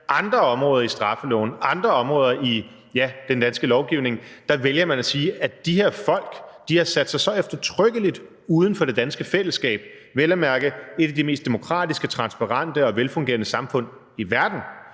andre områder i straffeloven, andre områder i den danske lovgivning vælger at sige, at de her folk har sat sig så eftertrykkeligt uden for det danske fællesskab, vel at mærke et af de mest demokratiske, transparente og velfungerende samfund i verden,